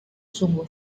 sungguh